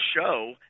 show